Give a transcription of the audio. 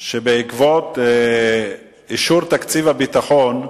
שבעקבות אישור תקציב הביטחון,